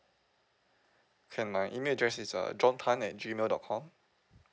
can my email address is uh john tan at G mail dot com